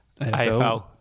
afl